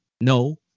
No